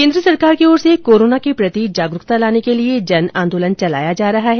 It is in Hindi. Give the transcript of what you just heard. केन्द्र सरकार की ओर से कोरोना के प्रति जागरूकता लाने के लिए जन आंदोलन चलाया जा रहा है